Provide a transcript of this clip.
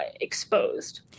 exposed